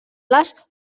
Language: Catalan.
les